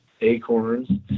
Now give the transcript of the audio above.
acorns